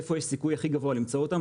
ואיפה יש סיכוי הכי גבוה למצוא אותם.